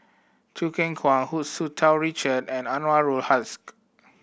Choo Keng Kwang Hu Tsu Tau Richard and Anwarul Haque